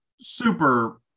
super